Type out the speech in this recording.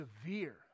severe